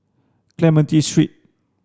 Clementi Street